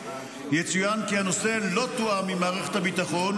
יצוין כי הנושא לא תואם עם מערכת הביטחון,